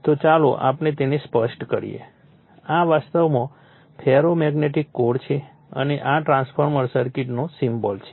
તો ચાલો આપણે તેને સ્પષ્ટ કરીએ આ વાસ્તવમાં ફેરોમેગ્નેટિક કોર છે અને આ ટ્રાન્સફોર્મર સર્કિટનો સિમ્બોલ છે